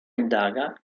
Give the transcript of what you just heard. indaga